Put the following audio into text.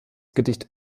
gedicht